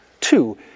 Two